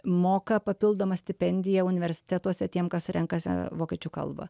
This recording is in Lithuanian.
moka papildomą stipendiją universitetuose tiem kas renkasi vokiečių kalbą